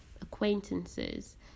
acquaintances